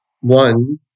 One